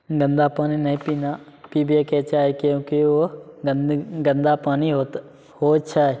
गन्दा पानी नहि पीना पिबैके चाही किएकि ओ गन्द गन्दा पानी होत हो छै